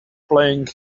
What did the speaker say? playing